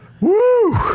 Woo